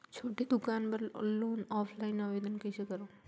छोटे दुकान बर लोन ऑफलाइन आवेदन कइसे करो?